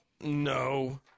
No